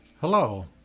Hello